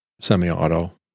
semi-auto